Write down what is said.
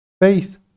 faith